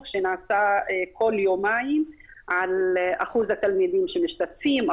שנעשה כל יומיים על אחוז התלמידים שמשתתפים,